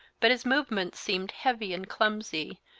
but his movements seemed heavy and clumsy,